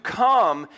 come